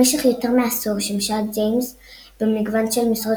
במשך יותר מעשור שימשה ג'יימס במגוון של משרות